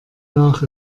nach